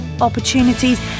opportunities